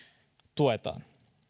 tuetaan